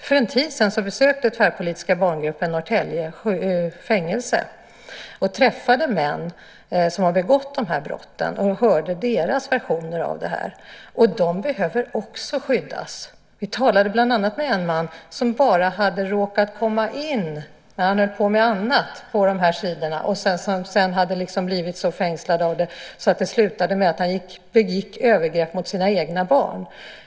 För en tid sedan besökte Tvärpolitiska barngruppen Norrtälje fängelse och träffade män som begått dessa brott och hörde deras versioner. De behöver också skyddas. Vi talade bland annat med en man som bara hade råkat komma in på de här sidorna när han höll på med annat. Sedan hade han blivit så fängslad att det slutade med att han begick övergrepp mot sina egna barn.